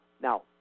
Now